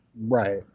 Right